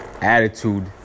attitude